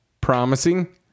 Promising